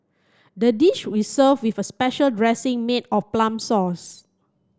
the dish we served with special dressing made of plum sauce